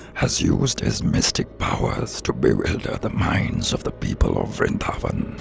has used his mystic powers to bewilder the minds of the people of vrindavan.